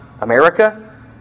America